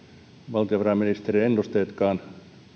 valtiovarainministeriön ennusteetkin ovat niin kuin